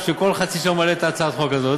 וכל חצי שנה הוא מעלה את הצעת החוק הזאת.